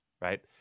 right